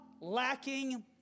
lacking